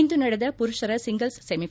ಇಂದು ನಡೆದ ಪುರುಪರ ಸಿಂಗಲ್ಲ್ ಸೆಮಿಫ